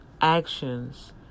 actions